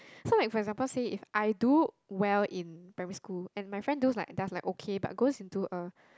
so like for example say if I do well in primary school and my friend do like does like okay but goes into a